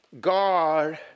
God